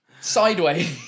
Sideways